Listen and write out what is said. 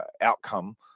outcome